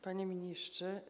Panie Ministrze!